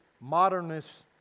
modernist